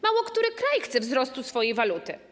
Mało który kraj chce wzrostu swojej waluty.